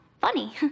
funny